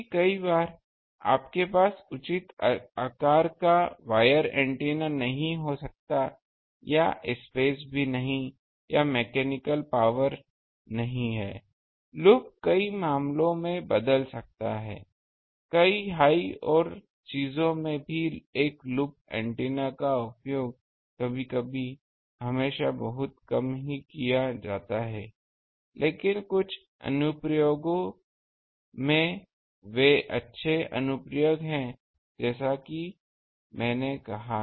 क्योंकि कई बार आपके पास उचित आकार का वायर एंटीना नहीं हो सकता है या स्पेस भी नहीं या मैकेनिकल पावर नहीं है लूप कई मामलों में बदल सकता है कई हाई और चीजों में भी एक लूप एंटीना का उपयोग कभी कभी हमेशा बहुत कम ही किया जाता है लेकिन कुछ अनुप्रयोगों में वे अच्छे अनुप्रयोग हैं जैसा कि मैंने कहा